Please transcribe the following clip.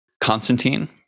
Constantine